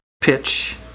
pitch